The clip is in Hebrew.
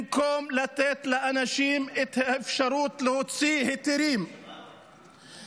במקום לתת לאנשים את האפשרות להוציא היתרים --- זה